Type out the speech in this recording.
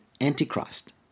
Antichrist